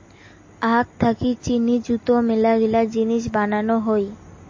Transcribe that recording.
আখ থাকি চিনি যুত মেলাগিলা জিনিস বানানো হই